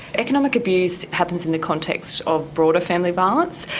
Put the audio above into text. economic abuse happens in the context of broader family violence.